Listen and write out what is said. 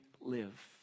live